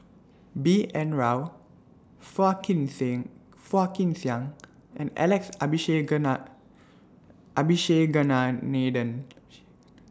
B N Rao Phua Kin Sing Phua Kin Siang and Alex Abisheganaden